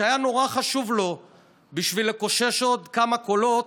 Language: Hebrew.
שהיה נורא חשוב לו בשביל לקושש עוד כמה קולות,